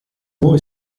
voi